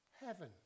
heaven